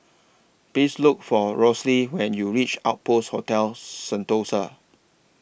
Please Look For Rosalie when YOU REACH Outpost Hotel Sentosa